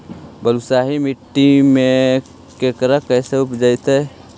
बालुसाहि मट्टी में खिरा कैसे उपजतै?